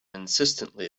insistently